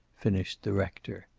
finished the rector.